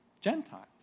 Gentiles